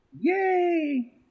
Yay